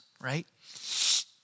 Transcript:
right